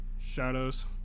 shadows